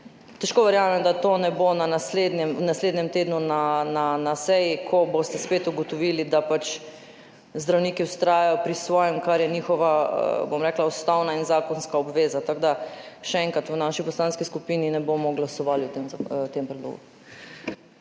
Težko verjamem, da to ne bo v naslednjem tednu na seji, ko boste spet ugotovili, da pač zdravniki vztrajajo pri svojem, kar je njihova, bom rekla, ustavna in zakonska obveza. Še enkrat, v naši poslanski skupini ne bomo glasovali o tem predlogu.